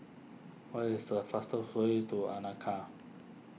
what is the fastest way to